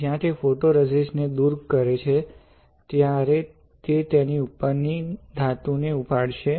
જ્યારે તે ફોટોરેઝિસ્ટ ને દુર કરે છે ત્યારે તે તેની ઉપરની ધાતુને ઉપાડશે